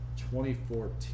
2014